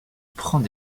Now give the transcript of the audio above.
prend